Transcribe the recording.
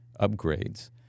upgrades